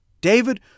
David